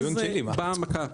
אז באה המכה.